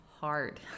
hard